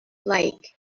like